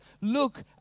Look